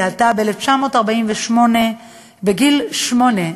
היא עלתה ב-1948, בגיל שמונה,